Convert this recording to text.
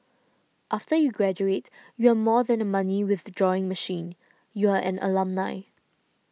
after you graduate you are more than a money withdrawing machine you are an alumni